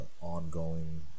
ongoing